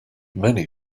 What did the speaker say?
many